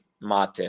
mate